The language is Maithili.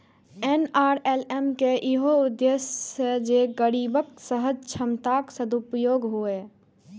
एन.आर.एल.एम के इहो उद्देश्य छै जे गरीबक सहज क्षमताक सदुपयोग हुअय